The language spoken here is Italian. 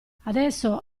adesso